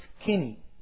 skinny